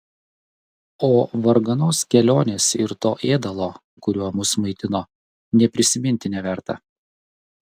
o varganos kelionės ir to ėdalo kuriuo mus maitino nė prisiminti neverta